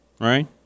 right